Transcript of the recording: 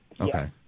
Okay